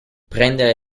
prendere